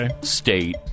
state